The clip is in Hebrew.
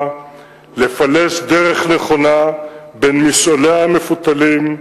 לפלס דרך נכונה בין משעוליה המפותלים,